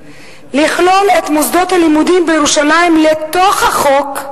לכלול את מוסדות הלימודים בירושלים בתוך החוק,